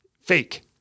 fake